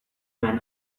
man